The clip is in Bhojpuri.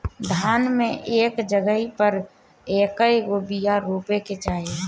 धान मे एक जगही पर कएगो बिया रोपे के चाही?